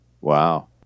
Wow